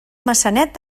maçanet